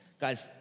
guys